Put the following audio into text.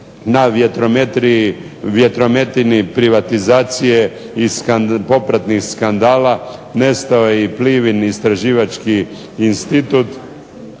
na vjetrometini privatizacije i popratnih skandala nestao je i Plivin istraživački institut,